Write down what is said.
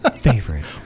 favorite